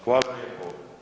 Hvala lijepo.